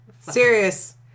Serious